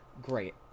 Great